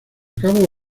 cabo